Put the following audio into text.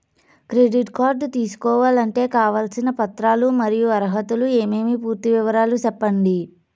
Credit card తీసుకోవాలంటే కావాల్సిన పత్రాలు మరియు అర్హతలు ఏమేమి పూర్తి వివరాలు సెప్పండి?